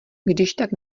kdyžtak